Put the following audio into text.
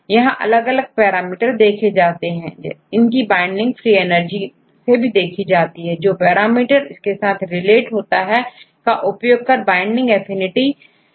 यहां अलग अलग पैरामीटर देखे जाते हैं और इनकी बाइंडिंग फ्री एनर्जी से देखी जाती है जो पैरामीटर इसके साथ रिलेट होता है का उपयोग बाइंडिंग एफिनिटी समझने के लिए किया जाता है